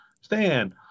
stand